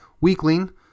weakling